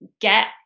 get